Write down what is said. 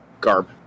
Garb